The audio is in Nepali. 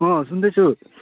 अँ सुन्दैछु